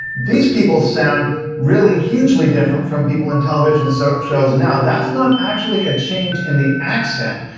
these people sound really hugely different from people in television so shows now. that's not actually a change in the accent,